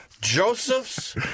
Joseph's